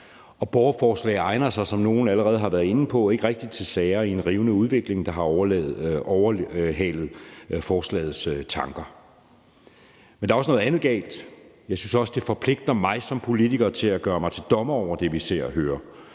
og borgerforslag egner sig, som nogle allerede har været inde på, ikke rigtig til sager i en rivende udvikling, der allerede har overhalet forslagets tanker. Der er også noget andet galt med forslaget. Jeg synes, det forpligter mig som politiker til at gøre mig til dommer over det, vi ser og hører,